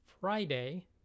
Friday